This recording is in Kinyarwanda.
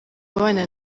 abana